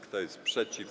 Kto jest przeciw?